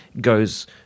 goes